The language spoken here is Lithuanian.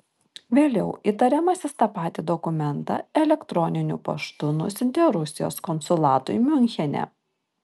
vėliau įtariamasis tą patį dokumentą elektroniniu paštu nusiuntė rusijos konsulatui miunchene